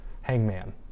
hangman